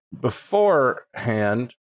beforehand